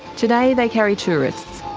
today they carry tourists,